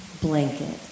blanket